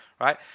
right